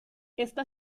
esta